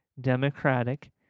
democratic